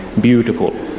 beautiful